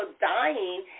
dying